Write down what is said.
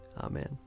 Amen